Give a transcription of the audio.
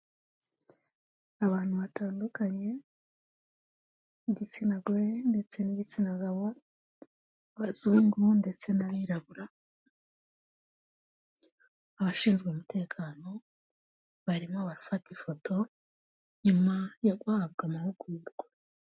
Abantu batandukanye, igitsina gore ndetse n'igitsina gabo, abazungu ndetse n'abirabura, abashinzwe umutekano barimo barafata ifoto, nyuma yo guhabwa amahugurwa.